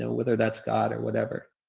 so whether that's god or whatever.